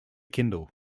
kindle